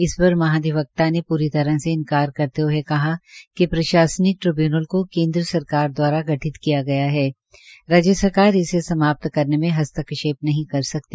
इस पर महाधिवक्ता ने पूरी तरह से इन्कार करते हुए कहा कि प्रशासनिक ट्रिब्यूनल को केंद्र सरकार द्वारा गठित किया गया हैराज्य सरकार इसे समाप्त करने में हस्तक्षेप नहीं कर सकती